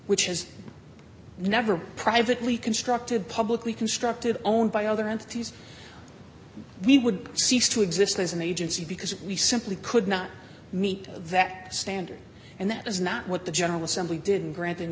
which has never privately constructed publicly constructed owned by other entities we would cease to exist as an agency because we simply could not meet that standard and that is not what the general assembly didn't granting